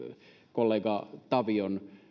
kollega tavion